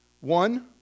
one